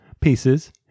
pieces